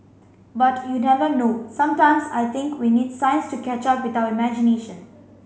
but you never know sometimes I think we need science to catch up with our imagination